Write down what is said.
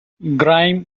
grime